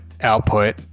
output